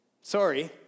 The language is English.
Sorry